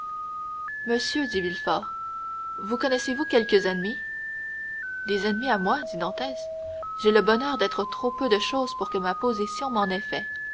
monsieur dit villefort vous connaissez-vous quelques ennemis des ennemis à moi dit dantès j'ai le bonheur d'être trop peu de chose pour que ma position m'en ait fait